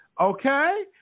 Okay